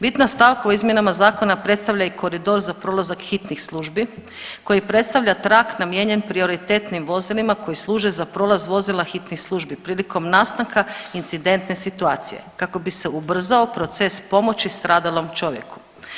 Bitna stavka u izmjenama zakona predstavlja i koridor za prolazak hitnih službi koji predstavlja trakt namijenjen prioritetnim vozilima koji služe za prolaz vozila hitnih službi prilikom nastanka incidentne situacije kako bi se ubrzao proces pomoći stradalom čovjeku.